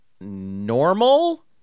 normal